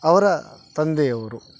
ಅವರ ತಂದೆಯವರು